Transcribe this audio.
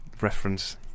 reference